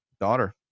daughter